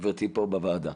גבירתי, פה בוועדה.